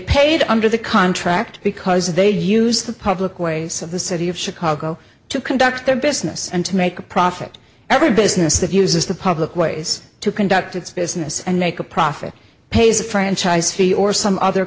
paid under the contract because they use the public ways of the city of chicago to conduct their business and to make a profit every business that uses the public ways to conduct its business and make a profit pays a franchise fee or some other